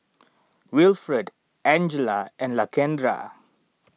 Wilfred Angella and Lakendra